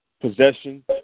Possession